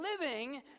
living